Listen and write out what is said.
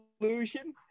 illusion